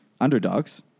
underdogs